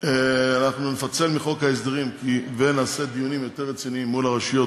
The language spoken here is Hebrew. אנחנו נפצל מחוק ההסדרים ונעשה דיונים יותר רציניים מול הרשויות